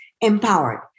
empowered